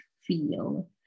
feel